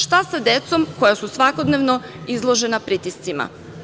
Šta sa decom koja su svakodnevno izložena pritiscima?